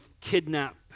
kidnap